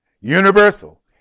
Universal